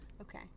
Okay